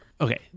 okay